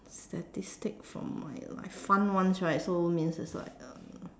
statistic from my life fun ones right so means it's like uh